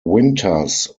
winters